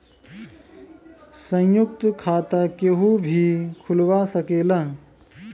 संयुक्त खाता केहू भी खुलवा सकेला